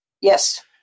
Yes